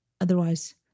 otherwise